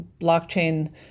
blockchain